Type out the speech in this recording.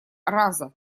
раза